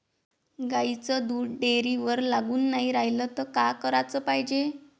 गाईचं दूध डेअरीवर लागून नाई रायलं त का कराच पायजे?